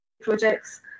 projects